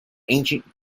ancient